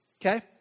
okay